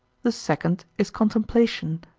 the second is contemplation,